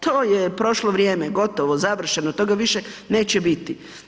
To je prošlo vrijeme, gotovo, završeno, toga više neće biti.